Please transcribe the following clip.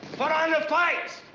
put on the fights.